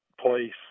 place